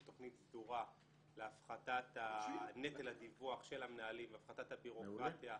תוכנית סדורה להפחתת נטל הדיווח של המנהלים והפחתת הביורוקרטיה.